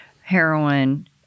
heroin